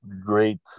great